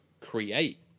create